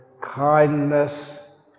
kindness